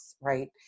right